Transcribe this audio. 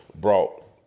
brought